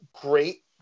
great